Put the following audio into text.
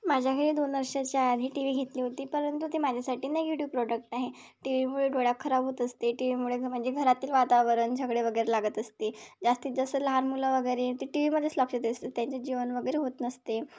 माज्या घरी दोन वर्षाच्या आधी टी व्ही घेतली होती परंतु ते माझ्यासाठी निगेटिव प्रोडक्ट आहे टीवीमुळे डोळे खराब होत असते टीवीमुळे म्हणजे घरातील वातावरण झगडे वगैरे लागत असते जास्तीत जास्त लहान मुलं वगैरे ते टी वी मध्येच लक्ष असते त्यांचे जेवण वगैरे होत नसते